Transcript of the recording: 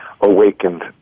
awakened